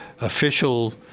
official